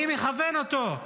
מי מכוון אותו?